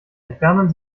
entfernen